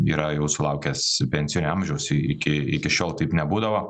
yra jau sulaukęs pensijinio amžiaus iki iki šiol taip nebūdavo